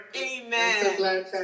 Amen